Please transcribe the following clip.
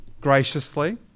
graciously